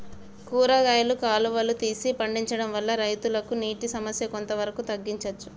కూరగాయలు కాలువలు తీసి పండించడం వల్ల రైతులకు నీటి సమస్య కొంత వరకు తగ్గించచ్చా?